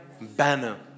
banner